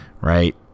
Right